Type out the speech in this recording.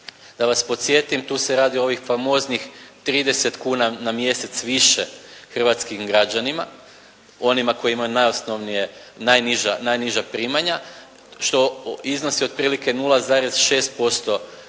Da vas podsjetim tu se radi o ovih famoznih 30 kuna na mjesec više hrvatskim građanima onima kojima najosnovnije najniža primanja što iznosi otprilike 0,6%